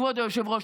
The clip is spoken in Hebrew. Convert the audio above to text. כבוד היושב-ראש.